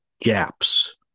gaps